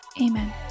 Amen